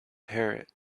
parrot